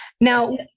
now